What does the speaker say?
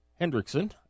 Hendrickson